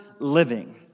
Living